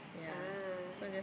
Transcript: ah